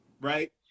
right